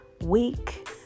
week